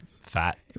Fat